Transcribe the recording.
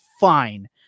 fine